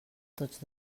tots